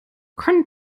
können